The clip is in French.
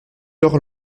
leur